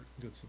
Good